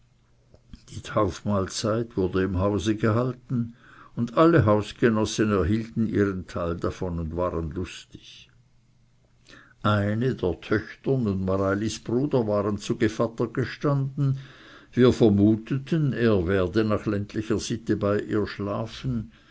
die taufmahlzeit wurde im hause gehalten und alle hausgenossen erhielten ihren teil davon und waren lustig eine der töchtern und mareilis bruder waren zu gevatter gestanden wir vermuteten er werde nach ländlicher sitte bei ihr schlafen